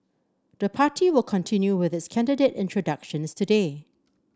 the party will continue with its candidate introductions today